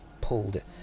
pulled